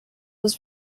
was